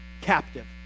captive